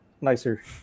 nicer